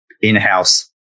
in-house